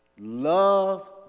Love